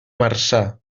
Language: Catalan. marçà